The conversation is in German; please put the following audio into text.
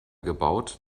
gebaut